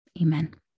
Amen